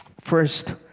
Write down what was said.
First